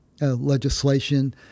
legislation